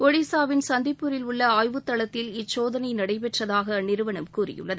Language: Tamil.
ஒடிசாவின் சந்திப்பூரில் உள்ள ஆய்வு தளத்தில் இச்சோதனை நடைபெற்றதாக அந்நிறுவனம் கூறியுள்ளது